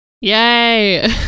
yay